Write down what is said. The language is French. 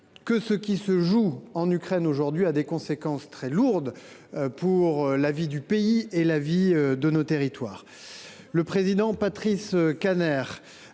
que ce qui se joue en Ukraine emporte des conséquences très lourdes pour la vie de notre pays et de nos territoires.